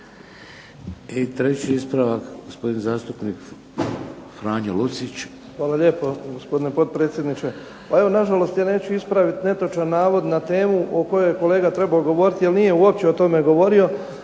I treći ispravak, gospodin zastupnik Franjo Lucić. **Lucić, Franjo (HDZ)** Hvala lijepo, gospodine potpredsjedniče. Pa evo nažalost ja neću ispravit netočan navod na temu o kojoj je kolega trebao govoriti jer nije uopće o tome govorio